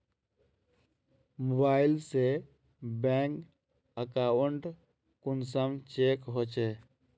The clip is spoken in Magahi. मोबाईल से बैंक अकाउंट कुंसम चेक होचे?